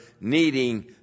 needing